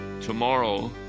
tomorrow